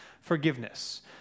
forgiveness